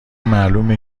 معلومه